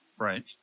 Right